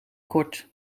kort